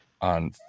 on